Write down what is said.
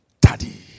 daddy